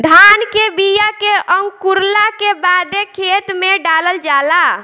धान के बिया के अंकुरला के बादे खेत में डालल जाला